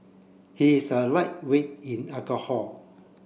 he is a lightweight in alcohol